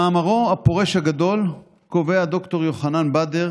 במאמרו "הפורש הגדול" קובע ד"ר יוחנן בדר